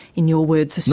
in your words,